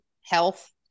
health